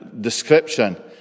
Description